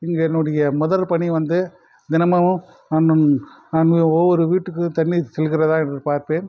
இங்கே என்னுடைய முதற் பணி வந்து தினமும் ஒவ்வொரு வீட்டுக்கும் தண்ணீர் செல்கிறதா என்று பார்ப்பேன்